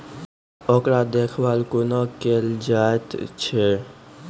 ओकर देखभाल कुना केल जायत अछि?